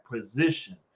position